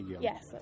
Yes